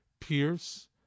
Pierce